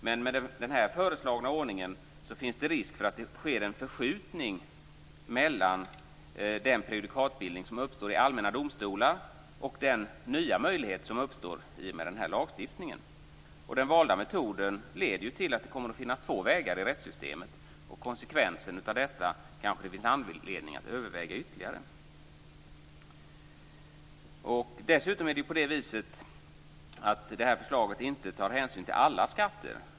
Men med denna föreslagna ordning finns det risk för att det sker en förskjutning mellan den prejudikatbildning som uppstår i allmänna domstolar och den nya möjlighet som uppstår i och med den här lagstiftningen. Den valda metoden leder till att det kommer att finnas två vägar i rättssystemet. Det kanske finns anledning att ytterligare överväga konsekvenserna av detta. Dessutom tar förslaget inte hänsyn till alla skatter.